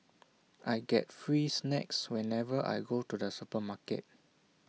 I get free snacks whenever I go to the supermarket